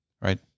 Right